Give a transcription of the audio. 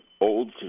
old